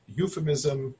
euphemism